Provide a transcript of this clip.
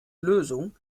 lösung